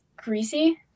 greasy